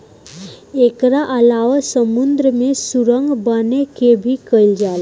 एकरा अलावा समुंद्र में सुरंग बना के भी कईल जाला